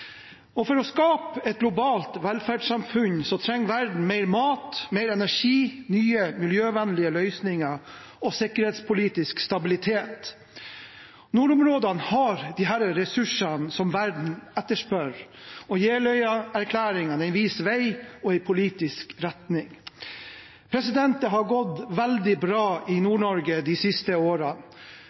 Norge. For å skape et globalt velferdssamfunn trenger verden mer mat, mer energi, nye miljøvennlige løsninger og sikkerhetspolitisk stabilitet. Nordområdene har disse ressursene som verden etterspør, og Jeløya-erklæringen viser vei og en politisk retning. Det har gått veldig bra i Nord-Norge de siste årene.